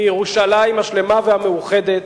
מירושלים השלמה והמאוחדת,